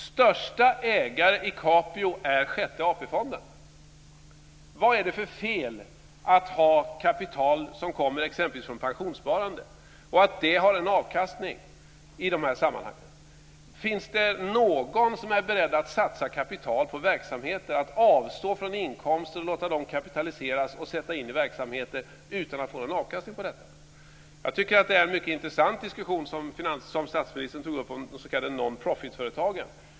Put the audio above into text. Största ägare i Capio är Sjätte AP-fonden. Vad är det för fel med att ha kapital som kommer exempelvis från pensionssparande? Vad är det för fel med att det har en avkastning? Finns det någon som är beredd att satsa kapital på verksamheter, att avstå från inkomster och låta dem kapitaliseras och sätta in dem i verksamheter, utan att få någon avkastning på detta? Jag tycker att det är en mycket intressant diskussion som statsministern tog upp om de s.k. non-profitföretagen.